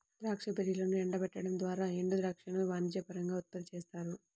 ద్రాక్ష బెర్రీలను ఎండబెట్టడం ద్వారా ఎండుద్రాక్షను వాణిజ్యపరంగా ఉత్పత్తి చేస్తారు